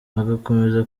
bagakomeza